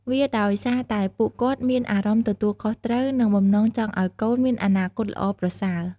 វាដោយសារតែពួកគាត់មានអារម្មណ៍ទទួលខុសត្រូវ និងបំណងចង់ឲ្យកូនមានអនាគតល្អប្រសើរ។